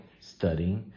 studying